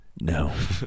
No